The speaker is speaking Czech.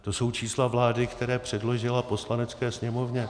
To jsou čísla vlády, která předložila Poslanecké sněmovně.